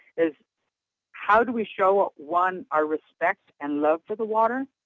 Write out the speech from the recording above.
is how do we show ah one our respect and love for the water?